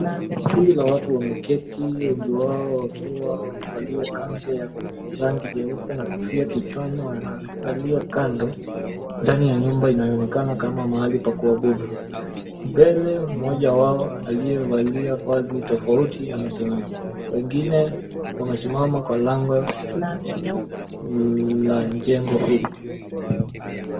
Kundi la watu wameketi wengi wao wakiwa wamevalia kanzu ya rangi nyeupe na kofia kichwani wanaangalia kando ndani ya nyumba inayoonekana kama mahali pa kuabudu. Mbele mmoja wao aliyevalia vazi tofauti amesimama. Wengine wamesimama kwa lango la jengo hilo.